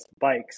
bikes